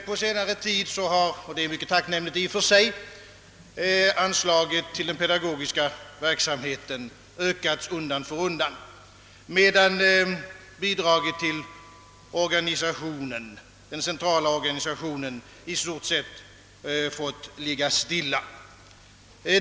På senare tid har — och det är mycket tacknämligt i och för sig — anslaget till den pedagogiska verksamheten ökat undan för undan, medan bidraget till den centrala organisationen i stort sett måst ligga stilla.